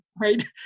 right